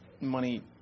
money